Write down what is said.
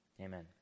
Amen